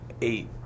eight